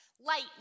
Light